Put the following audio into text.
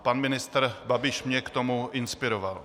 Pan ministr Babiš mě k tomuto inspiroval.